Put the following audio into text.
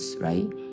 right